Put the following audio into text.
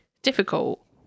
Difficult